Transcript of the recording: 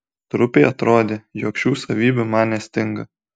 trupei atrodė jog šių savybių man nestinga